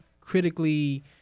critically